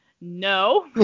No